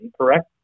correct